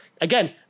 again